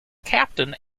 captain